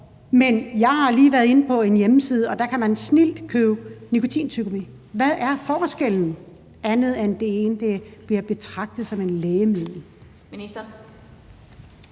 Men jeg har lige været inde på en hjemmeside, og der kan man snildt købe nikotintyggegummi. Hvad er forskellen, andet end at det ene bliver betragtet som et lægemiddel?